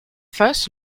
first